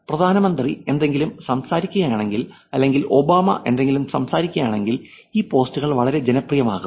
പ്രധാനമന്ത്രി എന്തെങ്കിലും സംസാരിക്കുകയാണെങ്കിൽ അല്ലെങ്കിൽ ഒബാമ എന്തെങ്കിലും സംസാരിക്കുകയാണെങ്കിൽ ഈ പോസ്റ്റുകൾ വളരെ ജനപ്രിയമാകും